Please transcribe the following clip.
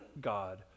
God